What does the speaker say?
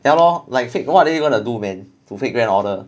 ya lor like fate what are they going to do man to fate grand order